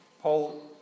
Paul